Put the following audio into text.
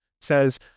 says